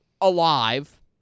Alive